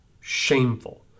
shameful